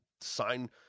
sign